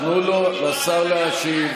תנו לשר להשיב.